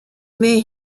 may